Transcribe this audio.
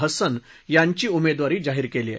हसन यांची उमेदवारी जाहीर केली आहे